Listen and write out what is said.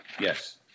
Yes